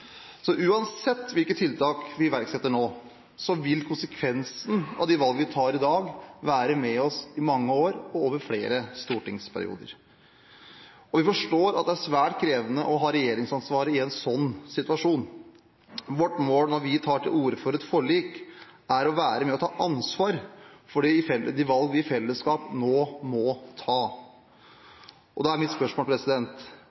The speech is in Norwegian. Så uansett hvilke tiltak vi iverksetter nå, vil konsekvensen av de valg vi tar i dag, være med oss i mange år og over flere stortingsperioder. Vi forstår at det er svært krevende å ha regjeringsansvaret i en sånn situasjon. Vårt mål når vi tar til orde for et forlik, er å være med og ta ansvar for de valg vi i fellesskap nå må ta. Og da er mitt spørsmål: